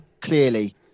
clearly